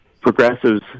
progressives